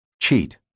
cheat